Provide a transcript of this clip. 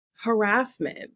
harassment